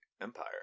Empire